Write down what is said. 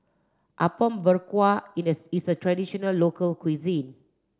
Apom Berkuah is a traditional local cuisine